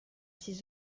six